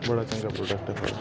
बड़ा चंगा प्रोडक्ट ऐ थोहाड़ा